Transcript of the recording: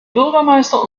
bürgermeister